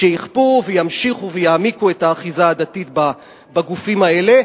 שיכפו וימשיכו ויעמיקו את האחיזה הדתית בגופים האלה,